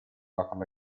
local